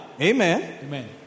Amen